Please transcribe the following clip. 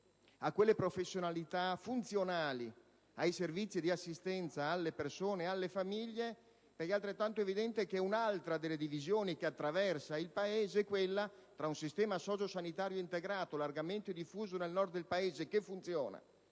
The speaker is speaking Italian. alle professionalità funzionali, ai servizi di assistenza alle persone e alle famiglie. È altrettanto evidente che un'altra delle divisioni che attraversano il Paese è quella tra un sistema sociosanitario integrato largamente diffuso nel Nord del Paese, che funziona